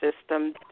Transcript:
system